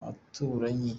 abaturanyi